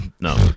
No